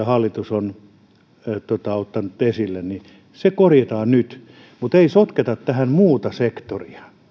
hallitus ovat ottaneet esille korjataan se nyt mutta ei sotketa tähän muuta sektoria